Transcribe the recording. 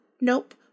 Nope